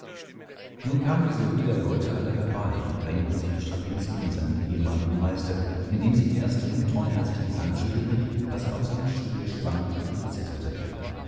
nun kamen die seldwyler leute alle herbei und drängten sich um strapinski und seinen ehemaligen meister indem sie ersterm treuherzig die hand schüttelten daß er auf seinem stuhle schwankte und zitterte